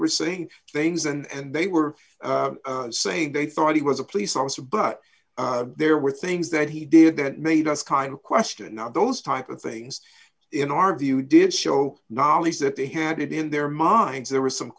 were saying things and they were saying they thought he was a police officer but there were things that he did that made us kind of question are those type of things in our view did show knowledge that they had it in their minds there was some